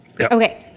Okay